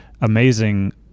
amazing